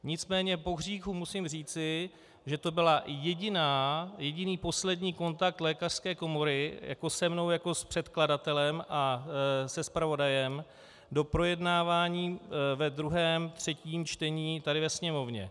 Nicméně pohříchu musím říci, že to byl jediný poslední kontakt lékařské komory se mnou jako s předkladatelem a se zpravodajem do projednávání ve druhém, třetím čtení tady ve Sněmovně.